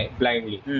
blindly